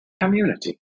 community